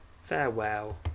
farewell